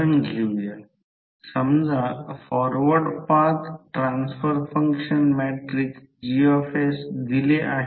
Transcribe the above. तर ही बाजू 1 आहे ही बाजू 1 आहे मला म्हणायचे आहे की येथे 1 लिहिलेले आहे